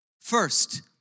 First